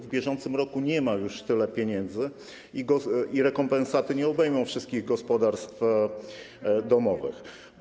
W bieżącym roku nie ma już tyle pieniędzy i rekompensaty nie obejmą wszystkich gospodarstw domowych.